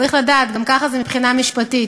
צריך לדעת, ככה זה גם מבחינה משפטית.